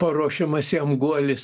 paruošiamas jam guolis